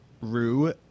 Rue